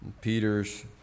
Peter's